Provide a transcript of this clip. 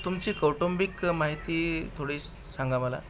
तुमची कौटुंबिक माहिती थोडी स् सांगा मला